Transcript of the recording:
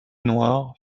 noirs